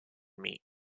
meat